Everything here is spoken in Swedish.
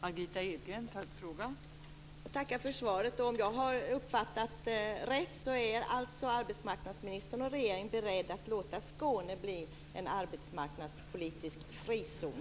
Fru talman! Jag tackar för svaret. Om jag har uppfattat det rätt är arbetsmarknadsministern och regeringen beredda att låta Skåne bli en arbetsmarknadspolitisk frizon.